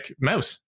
mouse